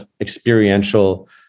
experiential